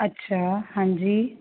ਅੱਛਾ ਹਾਂਜੀ